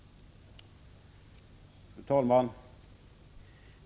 Fru talman!